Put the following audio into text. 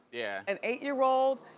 yeah. an eight-year-old.